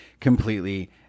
completely